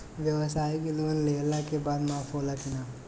ब्यवसाय के लोन लेहला के बाद माफ़ होला की ना?